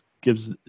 gives